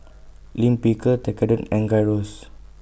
Lime Pickle Tekkadon and Gyros